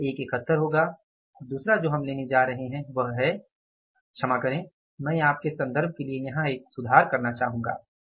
इसलिए एक 71 होगा और दूसरा जो हम लेने जा रहे हैं वह है एक क्षमा करे मैं आपके संदर्भ के लिए यहां एक सुधार करना चाहूंगा